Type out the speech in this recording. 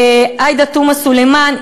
עאידה תומא סלימאן,